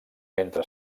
mentre